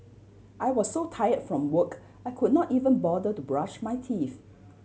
I was so tire from work I could not even bother to brush my teeth